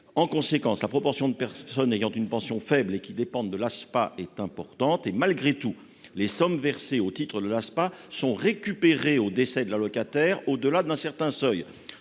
En conséquence, la proportion de personnes ayant une pension faible et qui dépendent de l'Aspa est importante. Malgré tout, les sommes versées au titre de cette allocation sont récupérées au décès de l'allocataire au-delà d'un certain seuil.